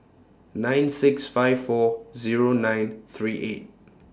nine six five four Zero nine three eight